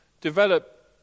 develop